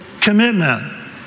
commitment